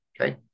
Okay